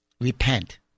Repent